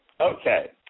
Okay